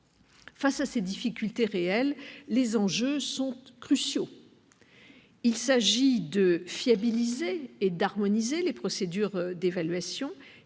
Face à ces difficultés réelles, les enjeux sont cruciaux. Il s'agit de fiabiliser et d'harmoniser les procédures d'évaluation,